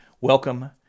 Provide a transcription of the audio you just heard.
welcome